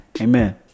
amen